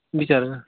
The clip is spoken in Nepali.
विचार